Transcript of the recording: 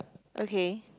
okay